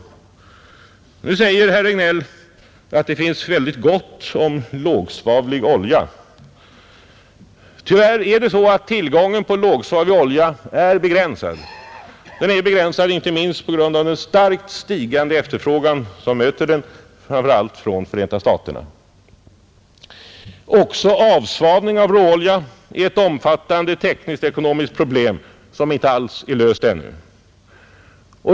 Nu säger herr Regnéll att det finns väldigt gott om lågsvavlig olja. Tyvärr är det så att tillgången på lågsvavlig olja är begränsad. Den är begränsad inte minst på grund av en starkt stigande efterfrågan framför allt från Förenta staterna. Också avsvavling av råolja är ett omfattande tekniskt-ekonomiskt problem, som inte alls är löst ännu.